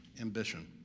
ambition